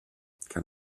can